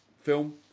film